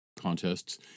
contests